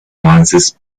avances